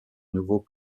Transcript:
nouveau